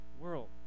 world